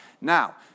Now